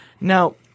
Now